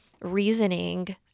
reasoning